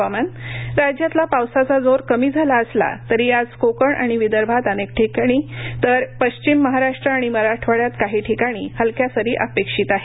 हवामान राज्यातला पावसाचा जोर कमी झाला असला तरी आज कोकण आणि विदर्भात अनेक तर पश्चिम महाराष्ट्र आणि मराठवाड्यात काही ठिकाणी हलक्या सरी अपेक्षित आहेत